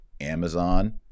Amazon